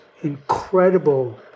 incredible